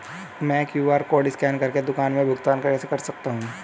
मैं QR code scan कर के दुकान में भुगतान कैसे कर सकती हूँ?